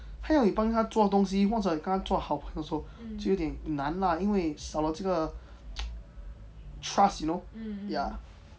帮他做东西或者跟他做好朋友的时候就有点难啦因为少了这个 trust you know